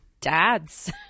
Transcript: Dads